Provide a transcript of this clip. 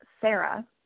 Sarah